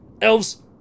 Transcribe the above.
Elves